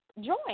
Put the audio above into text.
join